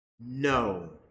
No